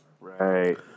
Right